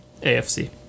AFC